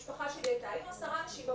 היינו המשפחה עם 10 אנשים,